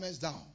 down